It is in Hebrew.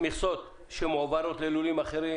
אם בסעיף 9 תהיה התייחסות למכסות חדשות שמועברות ללולים אחרים,